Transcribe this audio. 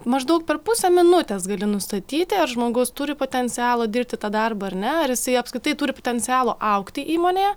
maždaug per pusę minutės gali nustatyti ar žmogus turi potencialo dirbti tą darbą ar ne ar jisai apskritai turi potencialo augti įmonėje